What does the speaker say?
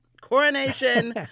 coronation